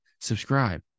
Subscribe